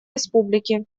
республики